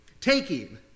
Taking